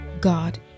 god